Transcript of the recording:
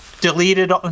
deleted